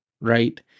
right